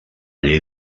llei